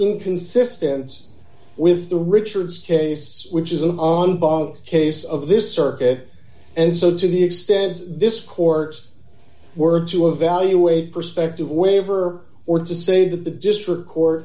inconsistent with the richards case which is an on by case of this circuit and so to the extent this court were to evaluate perspective waiver or to say that the district court